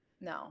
No